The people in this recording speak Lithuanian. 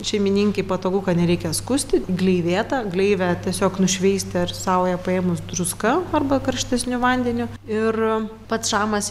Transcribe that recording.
šeimininkei patogu kad nereikia skusti gleivėtą gleivę tiesiog nušveisti ar sauja paėmus druska arba karštesniu vandeniu ir pats šamas